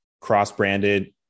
cross-branded